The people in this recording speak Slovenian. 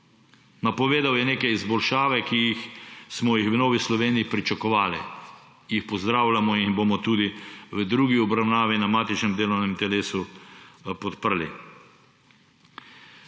Napovedal je neke izboljšave, ki smo jih v Novi Sloveniji pričakovali, jih pozdravljamo in bomo tudi v drugi obravnavi na matičnem delovnem telesu podprli.